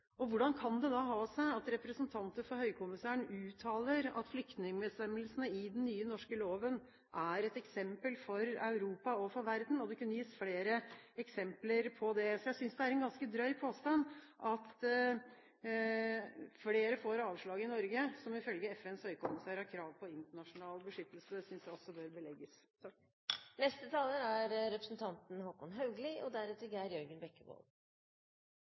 Hvordan kan det da ha seg at representanter for Høykommissæren uttaler at flyktningbestemmelsene i den nye, norske loven er et eksempel for Europa og for verden? Det kunne gis flere eksempler på det. Jeg synes det er en ganske drøy påstand at flere får avslag i Norge som ifølge FNs høykommissær har krav på internasjonal beskyttelse – det synes jeg også bør belegges.